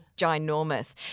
ginormous